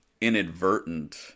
inadvertent